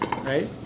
right